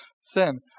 sin